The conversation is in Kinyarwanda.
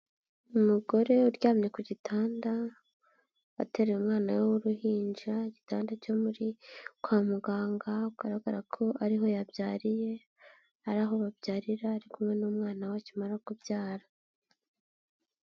Umugore uryamye ku gitanda atereye umwana we w'uruhinja, igitanda cyo muri kwa muganga, bigaragara ko ariho yabyariye, ari aho babyarira, ari kumwe n'umwana we akimara kubyara.